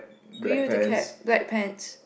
green with the cap black pants